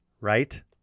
right